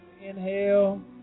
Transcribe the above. inhale